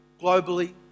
globally